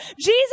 Jesus